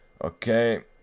Okay